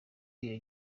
iyo